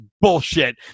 bullshit